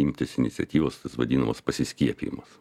imtis iniciatyvos tas vadinamas pasiskiepijimas